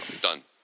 done